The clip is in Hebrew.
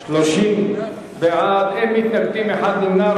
30 בעד, אין מתנגדים, אחד נמנע.